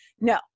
No